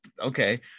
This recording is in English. okay